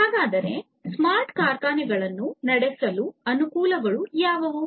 ಹಾಗಾದರೆ ಸ್ಮಾರ್ಟ್ ಕಾರ್ಖಾನೆಗಳನ್ನು ನಡೆಸುವ ಅನುಕೂಲಗಳು ಯಾವುವು